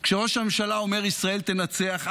כשראש הממשלה אומר "ישראל תנצח",